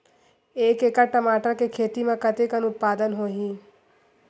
एक एकड़ टमाटर के खेती म कतेकन उत्पादन होही?